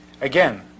Again